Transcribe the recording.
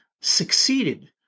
succeeded